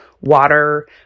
water